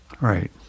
Right